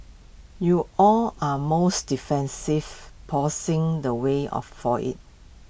you all are most defensive posing the way of for IT